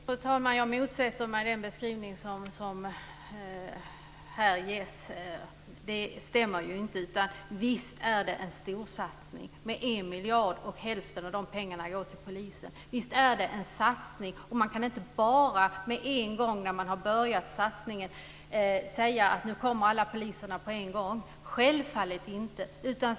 Fru talman! Jag motsätter mig den beskrivning som ges. Det stämmer inte. Visst är det en storsatsning med 1 miljard, och hälften av pengarna går till polisen. Visst är det en satsning. Man kan inte när man har påbörjat en satsning säga att alla poliser kommer nu på en gång. Självfallet är det inte så.